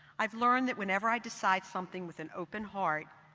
i've learned that whenever i decide something with an open heart,